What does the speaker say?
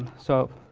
so,